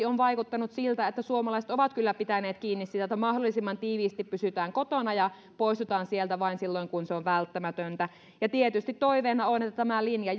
on vaikuttanut siltä että suomalaiset ovat kyllä pitäneet kiinni siitä että mahdollisimman tiiviisti pysytään kotona ja poistutaan sieltä vain silloin kun se on välttämätöntä ja tietysti toiveena on että tämä linja